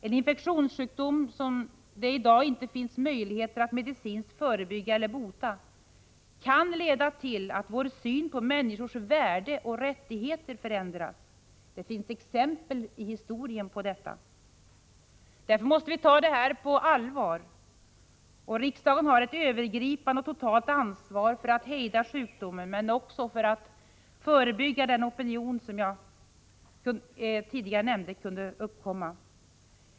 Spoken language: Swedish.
En infektionssjukdom som det i dag inte finns möjligheter att medicinskt förebygga eller bota kan leda till att vår syn på människors värde och rättigheter förändras. Det finns exempel i historien på detta. Därför måste vi ta aids på allvar. Riksdagen har ett övergripande och totalt ansvar för att hejda sjukdomen, men också för att förebygga den opinion som jag tidigare nämnde kunde uppkomma.